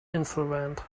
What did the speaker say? insolvent